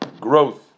growth